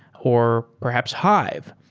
or perhaps hive,